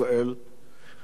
נזכור אותו תמיד.